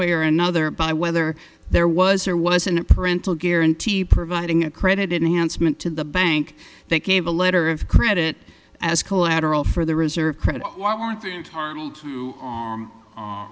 way or another by whether there was or wasn't a parental guarantee providing a credit enhanced meant to the bank they gave a letter of credit as collateral for the reserve credit